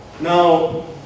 Now